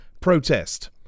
protest